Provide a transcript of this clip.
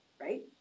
right